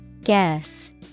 Guess